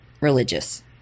religious